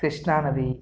కృష్ణా నది